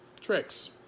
tricks